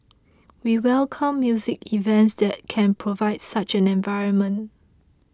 we welcome music events that can provide such an environment